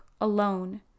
alone